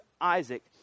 Isaac